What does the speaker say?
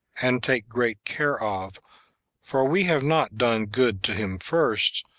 and take great care of for we have not done good to him first,